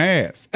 ass